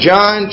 John